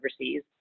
overseas